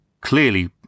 Clearly